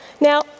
Now